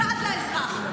סעד לאזרח,